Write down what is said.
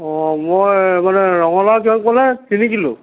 অঁ মই মানে ৰঙলাও কিমান ক'লে তিনি কিলো